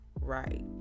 Right